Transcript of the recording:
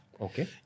Okay